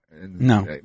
No